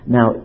Now